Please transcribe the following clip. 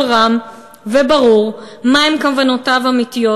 רם וברור מה הן כוונותיו האמיתיות,